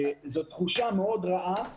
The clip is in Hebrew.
זאת תחושה מאוד רעה.